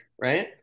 Right